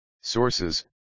Sources